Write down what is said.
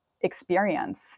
experience